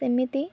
ସେମିତି